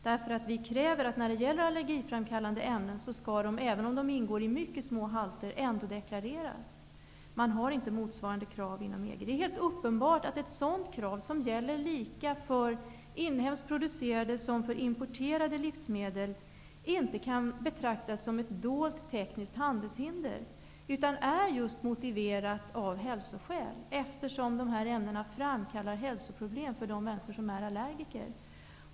Vad vi kräver är att förekomsten av allergiframkallande ämnen alltid skall deklareras, även om det är fråga om mycket små halter. Motsvarande krav finns inte inom EG. Det är helt uppenbart att ett sådant krav, som gäller lika för inhemskt producerade som för importerade livsmedel, inte kan betraktas som ett dolt tekniskt handelshinder utan är motiverat av just hälsoskäl, eftersom dessa ämnen framkallar hälsoproblem för de människor som är allergiker.